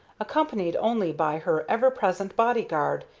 accompanied only by her ever-present body-guard,